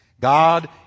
god